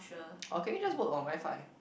okay just work on WiFi